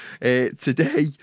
Today